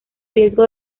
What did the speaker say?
riesgo